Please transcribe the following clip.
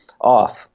off